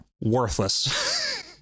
worthless